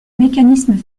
mécanismes